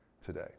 today